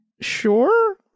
Sure